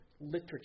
literature